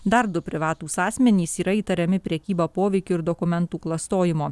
dar du privatūs asmenys yra įtariami prekyba poveikiu ir dokumentų klastojimu